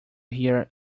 hear